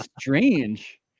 strange